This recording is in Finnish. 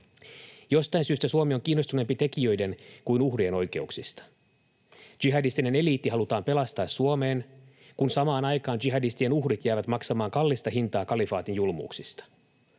Jostain syystä Suomi on kiinnostuneempi tekijöiden kuin uhrien oikeuksista. Jihadistinen eliitti halutaan pelastaa Suomeen, kun samaan aikaan jihadistien uhrit jäävät maksamaan kallista hintaa kalifaatin julmuuksista.